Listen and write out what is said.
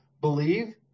believe